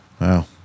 Wow